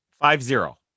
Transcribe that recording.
Five-zero